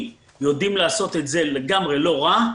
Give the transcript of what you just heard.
אנחנו יודעים לעשות את זה לגמרי לא רע.